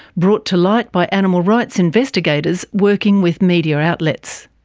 brought to light by animal rights investigators working with media outlets.